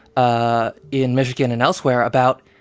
ah in michigan and elsewhere about,